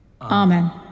Amen